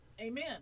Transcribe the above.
Amen